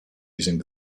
using